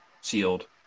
sealed